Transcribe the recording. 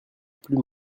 plus